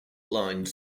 line